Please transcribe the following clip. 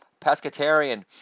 pescatarian